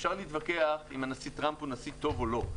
אפשר להתווכח אם הנשיא טראמפ הוא נשיא טוב או לא,